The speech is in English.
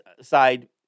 side